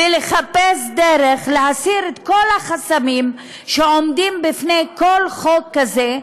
לחפש דרך להסיר את כל החסמים שעומדים בפני כל חוק כזה,